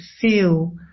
feel